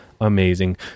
amazing